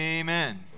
Amen